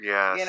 Yes